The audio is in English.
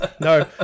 no